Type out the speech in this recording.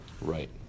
Right